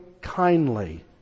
kindly